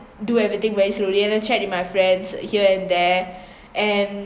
do everything very slowly and then chat with my friends here and there and